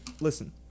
listen